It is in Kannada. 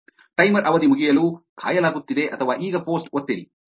ಟೈಮರ್ ಅವಧಿ ಮುಗಿಯಲು ಕಾಯಲಾಗುತ್ತಿದೆ ಅಥವಾ ಈಗ ಪೋಸ್ಟ್ ಒತ್ತಿರಿ